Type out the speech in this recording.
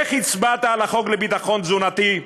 איך הצבעת על החוק לביטחון תזונתי?